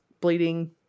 bleeding